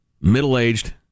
Middle-aged